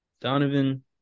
Donovan